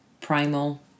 primal